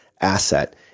asset